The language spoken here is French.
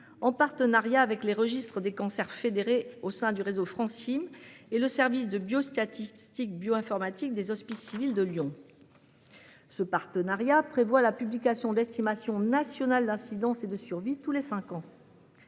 en partenariat avec les registres des cancers fédérés au sein du réseau Francim et le service de biostatistique et bio-informatique des Hospices civils de Lyon. Ce partenariat prévoit la publication d'estimations nationales d'incidence et de survie tous les cinq ans.